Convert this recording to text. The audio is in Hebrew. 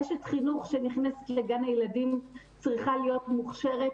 אשת חינוך שנכנסת לגן הילדים צריכה להיות מוכשרת.